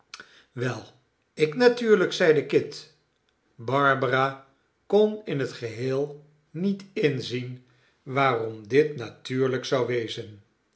wel ik natuuilijk zeide kit barbara kon in het geheel niet inzien waarom dit natuurlijk zou wezen